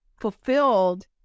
fulfilled